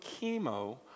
chemo